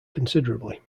considerably